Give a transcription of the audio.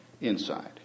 inside